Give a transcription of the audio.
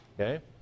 Okay